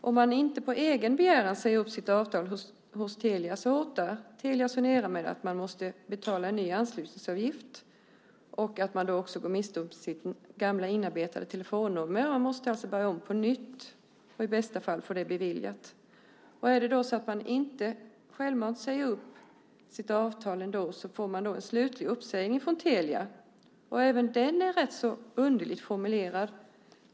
Om man inte på egen begäran säger upp sitt avtal hos Telia hotar Telia Sonera med att man måste betala en ny anslutningsavgift, och man kan då också gå miste om sitt gamla inarbetade telefonnummer. Man måste alltså börja om på nytt och i bästa fall få det beviljat. Är det så att man inte självmant säger upp sitt avtal får man en slutlig uppsägning från Telia. Även den är rätt så underligt formulerad.